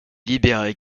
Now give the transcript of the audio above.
libéré